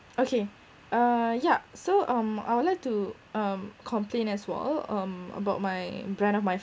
okay uh yup so um I will like to um complain as well um about my brand of my